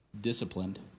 disciplined